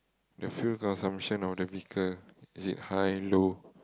the fuel consumption of the vehicle is it high low